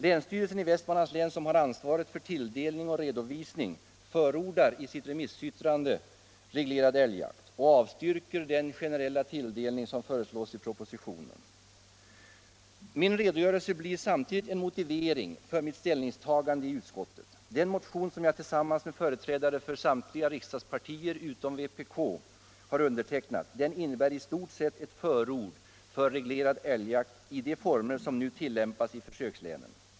Länsstyrelsen i Västmanlands län, som har ansvaret för tilldelning och redovisning, förordar i sitt remissyttrande reglerad älgjakt och avstyrker den generella tilldelning som föreslås i propositionen. Min redogörelse blir samtidigt en motivering för mitt ställningstagande i utskottet. Den motion, som jag tillsammans med företrädare för samtliga riksdagspartier utom vpk har undertecknat, innebär i stort sett ett förord för reglerad älgjakt i de former som nu tillämpas i försökslänen.